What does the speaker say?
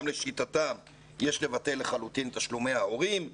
לשיטתם יש לבטל לחלוטין את תשלומי ההורים.